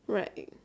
right